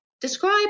describe